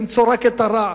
למצוא רק את הרע,